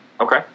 Okay